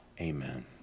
Amen